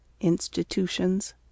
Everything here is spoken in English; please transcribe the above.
institutions